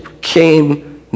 came